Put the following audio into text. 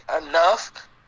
enough